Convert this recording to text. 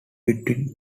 between